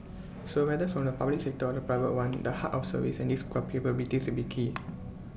so whether from the public sector or the private one the heart of service and these capabilities will be key